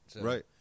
Right